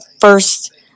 first